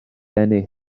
eni